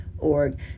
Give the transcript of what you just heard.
org